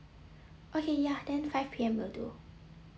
okay ya then five P_M will do